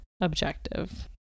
objective